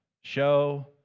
Show